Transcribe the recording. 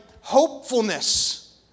hopefulness